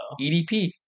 EDP